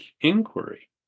inquiry